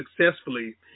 successfully